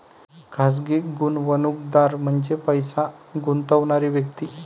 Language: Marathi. खाजगी गुंतवणूकदार म्हणजे पैसे गुंतवणारी व्यक्ती